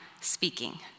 speaking